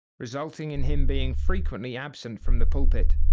resulting in him being frequently absent from the pulpit.